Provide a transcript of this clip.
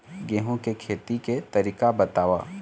गेहूं के खेती के तरीका बताव?